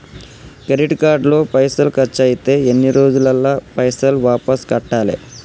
Credit card లో పైసల్ ఖర్చయితే ఎన్ని రోజులల్ల పైసల్ వాపస్ కట్టాలే?